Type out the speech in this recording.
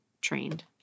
trained